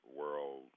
world